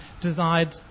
desired